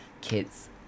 kids